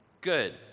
Good